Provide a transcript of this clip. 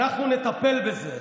אנחנו נטפל בזה.